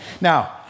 Now